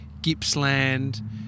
Gippsland